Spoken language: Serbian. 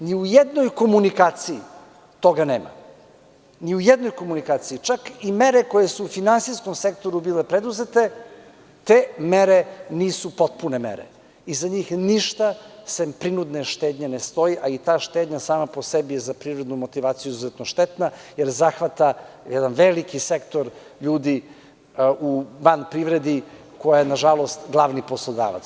Ni u jednoj komunikaciji toga nema, čak i mere koje su u finansijskom sektoru bile preduzete, te mere nisu potpune mere i za njih ništa osim prinudne štednje ne stoji, a i ta štednja sama po sebi je za privrednu motivaciju izuzetno štetna jer zahvata jedan veliki sektor ljudi van privrede, koja je, nažalost, glavni poslodavac.